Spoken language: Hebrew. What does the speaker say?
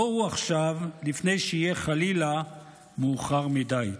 בואו עכשיו, לפני שיהיה חלילה מאוחר מדי.